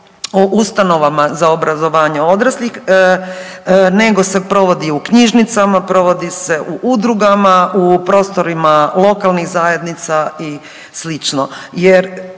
o ustanovama za obrazovanje odraslih, nego se provodi i u knjižnicama, provodi se u udrugama, u prostorima lokalnih zajednica i